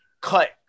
cut